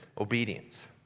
obedience